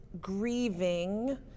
grieving